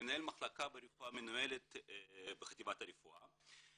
ומנהל מחלקה ברפואה ברפואה מנוהלת בחטיבת הרפואה.